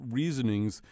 reasonings